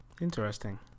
Interesting